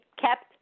kept